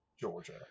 Georgia